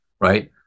right